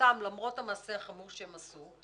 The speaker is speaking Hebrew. אזרחותם למרות המעשה החמור שהם עשו.